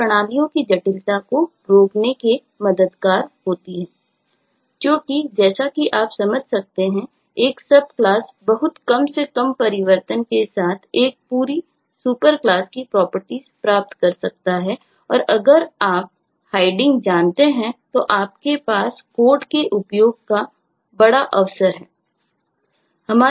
object oriented designer के लिए hierarchies जानते हैं तो आपके पास कोड के उपयोग का एक बड़ा अवसर है